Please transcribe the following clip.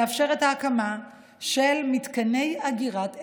לאפשר את ההקמה של מתקני אגירת אנרגיה,